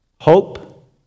Hope